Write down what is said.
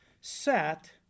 Sat